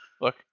Look